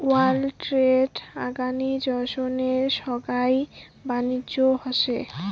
world trade অর্গানিজশনে সোগাই বাণিজ্য হসে